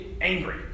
angry